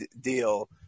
deal